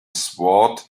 sword